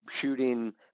shooting